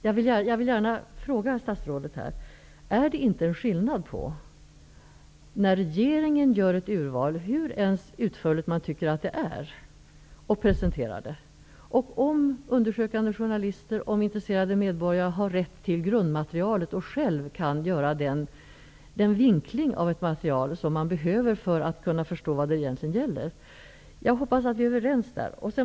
Jag vill fråga statsrådet: Är det inte skillnad på när regeringen gör ett urval och presenterar det -- hur utförligt man än tycker att det är -- och om undersökande journalister och intresserade medborgare har rätt till grundmaterialet och själva kan göra den vinkling av ett material som man behöver för att kunna förstå vad det egentligen gäller? Jag hoppas att vi är överens på den punkten.